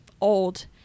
old